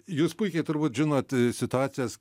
jūs puikiai turbūt žinot situacijas